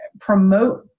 promote